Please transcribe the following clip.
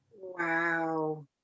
Wow